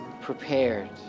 prepared